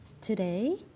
Today